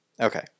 okay